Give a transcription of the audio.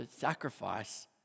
sacrifice